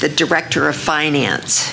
the director of finance